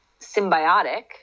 symbiotic